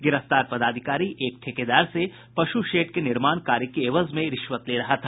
गिरफ्तार पदाधिकारी एक ठेकेदार से पशु शेड के निर्माण कार्य के एवज में रिश्वत ले रहा था